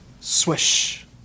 Swish